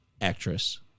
actress